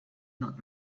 not